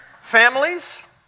families